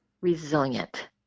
resilient